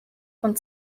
von